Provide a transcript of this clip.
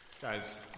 Guys